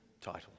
title